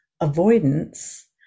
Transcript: avoidance